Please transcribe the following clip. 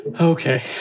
Okay